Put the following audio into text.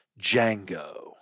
Django